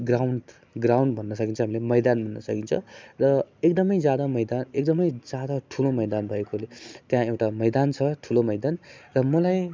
ground ground भन्न सकिन्छ हामीले मैदान भन्न सकिन्छ र एकदमै ज्यादा मैदा एकदमै ज्यादा ठुलो मैदान भएकोले त्यहाँ एउटा मैदान छ ठुलो मैदान र मलाई